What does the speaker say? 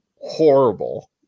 horrible